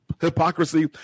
hypocrisy